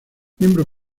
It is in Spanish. miembro